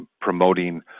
promoting